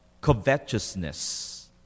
covetousness